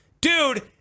dude